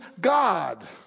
God